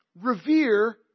revere